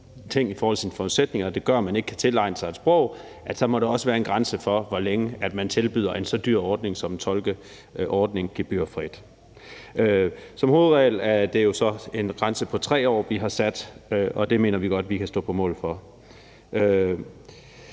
ting i forhold til sine forudsætninger, der gør, at man ikke kan tilegne sig et sprog, må der også være en grænse for, hvor længe man tilbyder en så dyr ordning som en tolkeordning gebyrfrit. Som hovedregel er det jo så en grænse på 3 år, vi har sat, og det mener vi godt vi kan stå på mål for.